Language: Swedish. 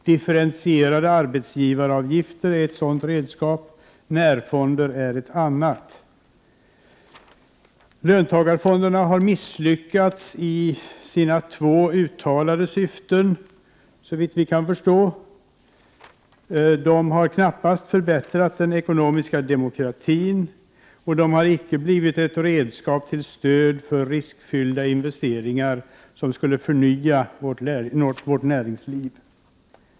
Differentierade arbetsgivaravgifter är ett sådant redskap, närfonder är ett annat. Löntagarfonderna har misslyckats i båda sina ursprungliga syften, såvitt vi kan förstå: de har knappast förbättrat den ekonomiska demokratin, och de har inte blivit det redskap för stöd till riskfyllda investeringar som skulle förnya vårt näringsliv.